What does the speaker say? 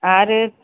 आरो